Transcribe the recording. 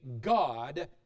God